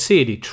City